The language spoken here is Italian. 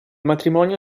matrimonio